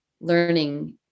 learning